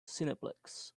cineplex